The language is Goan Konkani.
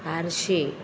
आर्शी